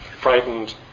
frightened